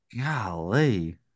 golly